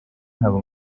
haba